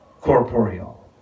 corporeal